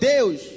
Deus